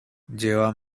lleva